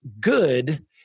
good